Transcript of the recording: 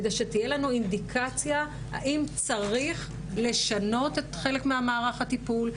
כדי שתהיה לנו אינדיקציה האם צריך לשנות חלק ממערך הטיפול,